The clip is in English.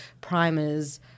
primers